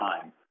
time